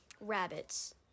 rabbits